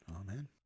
Amen